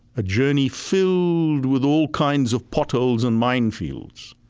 a journey filled with all kinds of potholes and minefields.